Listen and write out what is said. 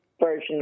version